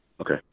Okay